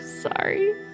sorry